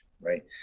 Right